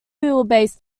wheelbase